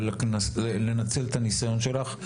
ולנצל את הניסיון שלך.